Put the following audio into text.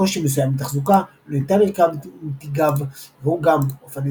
קושי מסוים בתחזוקה לא ניתן לרכב עם תיק גב ראו גם אופני